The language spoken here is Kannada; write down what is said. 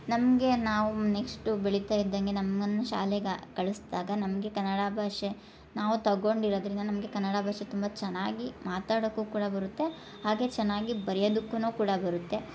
ನಮಗೆ ನಾವು ನೆಕ್ಷ್ಟು ಬೆಳಿತಾ ಇದ್ದಂಗೆ ನಮ್ಮನ್ನು ಶಾಲೆಗ ಕಳಿಸ್ದಾಗ ನಮಗೆ ಕನ್ನಡ ಭಾಷೆ ನಾವು ತಗೊಂಡಿರೋದರಿಂದ ನಮಗೆ ಕನ್ನಡ ಭಾಷೆ ತುಂಬ ಚೆನ್ನಾಗಿ ಮಾತಾಡೊಕ್ಕೂ ಕೂಡ ಬರುತ್ತೆ ಹಾಗೆ ಚೆನ್ನಾಗಿ ಬರಿಯದುಕ್ಕೂ ಕೂಡ ಬರುತ್ತೆ